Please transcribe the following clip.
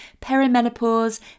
perimenopause